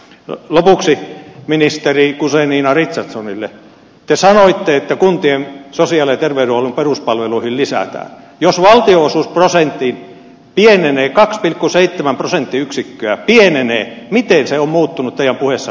lopuksi ministeri kosunen inari tsutsumille te sanoitte että kuntien sosiaali terveyshuollon peruspalvelurillisäästää jos valtionosuusprosentti pienenee kahteen kun seittemän prosenttiyksikköä pienenee miten se on muuttunut ja muissa